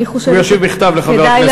אני חושבת, הוא ישיב בכתב לחבר הכנסת אילטוב.